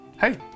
Hey